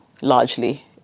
Largely